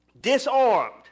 disarmed